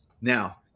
Now